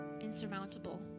insurmountable